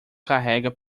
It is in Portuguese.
carrega